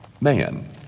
man